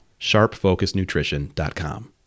sharpfocusnutrition.com